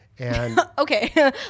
Okay